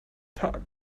tag